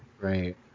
right